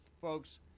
Folks